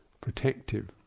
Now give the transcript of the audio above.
protective